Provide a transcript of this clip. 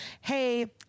Hey